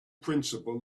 principle